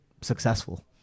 successful